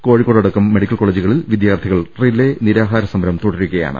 കോഴിക്കോട് അടക്കം മെഡിക്കൽ കോളേജുകളിൽ വിദ്യാർത്ഥികൾ റിലേ നിരാഹാര സമരം തുടരുകയാണ്